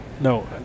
no